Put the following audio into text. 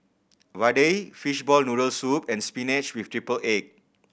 vadai fishball noodle soup and spinach with triple egg